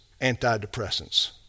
Antidepressants